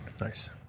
Nice